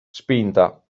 spinta